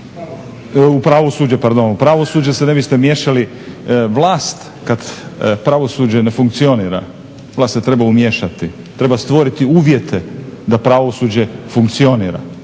u pravosuđe se ne biste miješali. Vlast kad pravosuđe ne funkcionira vlast se treba umiješati, treba stvoriti uvjete da pravosuđe funkcionira.